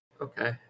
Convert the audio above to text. Okay